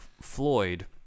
Floyd